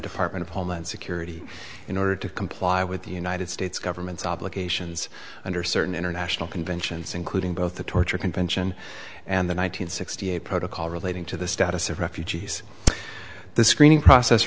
department of homeland security in order to comply with the united states government's obligations under certain international conventions including both the torture convention and the one nine hundred sixty eight protocol relating to the status of refugees the screening process